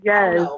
Yes